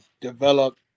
develop